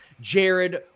Jared